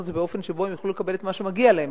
את זה באופן שבו הם יוכלו לקבל את מה שמגיע להם.